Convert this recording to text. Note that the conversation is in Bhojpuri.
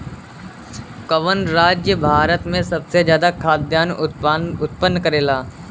कवन राज्य भारत में सबसे ज्यादा खाद्यान उत्पन्न करेला?